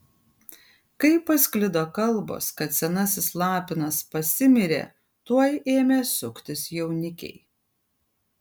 kai pasklido kalbos kad senasis lapinas pasimirė tuoj ėmė suktis jaunikiai